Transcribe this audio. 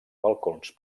balcons